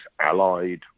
allied